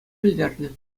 пӗлтернӗ